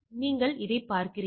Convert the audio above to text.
நீங்கள் இதைப் பார்க்கிறீர்கள்